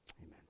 amen